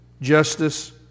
justice